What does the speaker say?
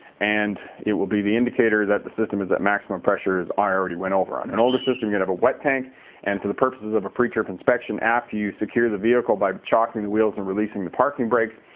and it will be the indicator that the system is at maximum pressure as i already went over. on an older system you have a wet tank and for the purposes of a pre-trip inspection, after you secure the vehicle by chocking the wheels and releasing the parking brakes,